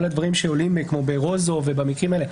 כל הדברים שעולים כמו ב-רוזוב ובמקרים האלה,